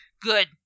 Good